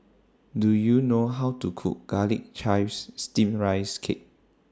Do YOU know How to Cook Garlic Chives Steamed Rice Cake